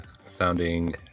sounding